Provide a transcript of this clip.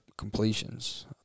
Completions